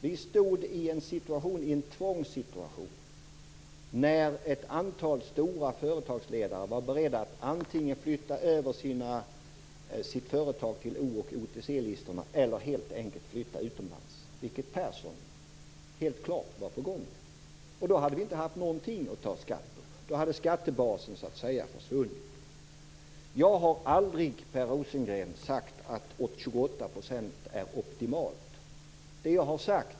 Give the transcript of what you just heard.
Vi stod i en tvångssituation när ett antal företagsledare för stora företag var beredda att antingen flytta över sitt företag till OTC-listorna eller helt enkelt flytta utomlands, vilket Persson helt klart var på väg att göra. Då hade vi inte haft någonting att dra skatt på. Då hade skattebasen försvunnit. Jag har aldrig, Per Rosengren, sagt att 28 % är optimalt.